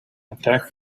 attack